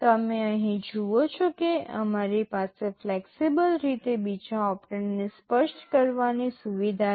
તમે અહીં જુઓ છો કે અમારી પાસે ફ્લેક્સિબલ રીતે બીજા ઓપરેન્ડને સ્પષ્ટ કરવાની સુવિધા છે